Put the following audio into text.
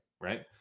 right